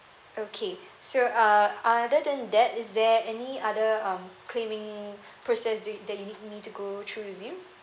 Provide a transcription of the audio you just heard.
okay so uh other than that is there any other um claiming process do that you need me to go through with you